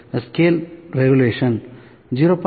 scale regulation 0